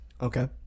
Okay